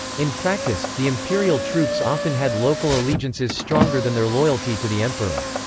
in practice, the imperial troops often had local allegiances stronger than their loyalty to the emperor.